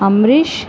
Amrish